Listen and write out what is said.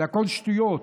זה הכול שטויות,